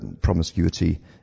promiscuity